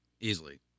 easily